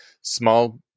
small